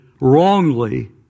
wrongly